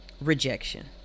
rejection